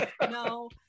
no